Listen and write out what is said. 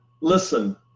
listen